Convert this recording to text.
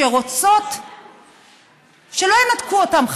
שרוצות שלא ינתקו אותן,